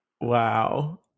Wow